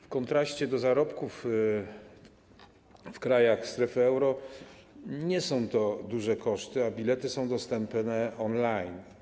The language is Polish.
W kontraście do zarobków w krajach strefy euro nie są to duże koszty, a bilety są dostępne on-line.